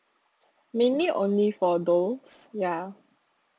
mainly only for those ya